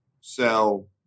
sell